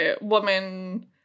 woman